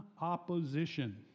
opposition